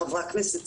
חברי הכנסת,